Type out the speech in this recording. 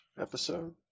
episode